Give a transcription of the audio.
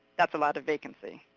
that's a lot of vacancy.